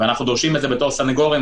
ואנחנו דורשים את זה בתור סניגורים,